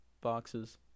boxes